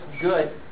good